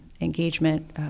Engagement